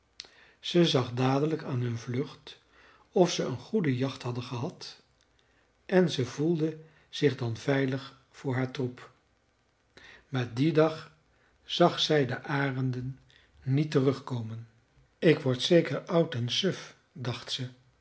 ze zag dadelijk aan hun vlucht of ze een goede jacht hadden gehad en ze voelde zich dan veilig voor haar troep maar dien dag zag zij de arenden niet terugkomen ik word zeker oud en suf dacht ze